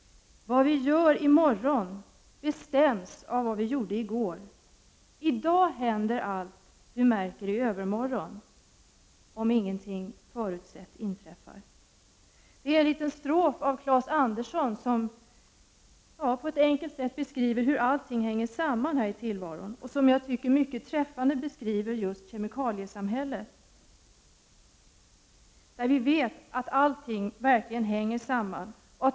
Vad vi gör i morgon bestäms av vad vi gjorde i går. I dag händer allt du märker Om ingenting förutsett inträffar. Detta är en strof av Claes Andersson, som på ett enkelt sätt beskriver hur allting hänger samman här i tillvaron och ger en, som jag tycker, mycket träffande beskrivning av just kemikaliesamhället. Vi vet att allting verkligen hänger samman.